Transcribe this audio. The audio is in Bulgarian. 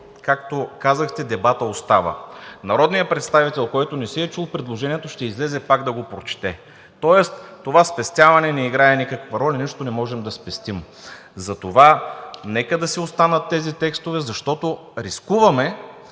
както казахте, дебатът остава. Народният представител, който не си е чул предложението, ще излезе пак да го прочете, тоест това спестяване не играе никаква роля. Нищо не можем да спестим. Затова нека да си останат тези текстове, защото рискуваме